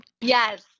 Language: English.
Yes